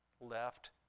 left